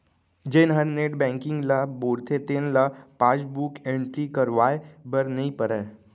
जेन हर net banking ल बउरथे तेन ल पासबुक एंटरी करवाए बर नइ परय